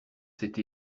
cette